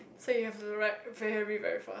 so you have to write very very fast